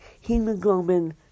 hemoglobin